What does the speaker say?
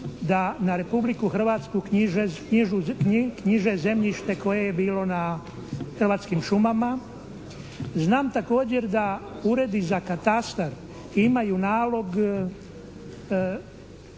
da na Republiku Hrvatsku knjiže zemljište koje je bilo na Hrvatskim šumama. Znam također da uredi za katastar imaju nalog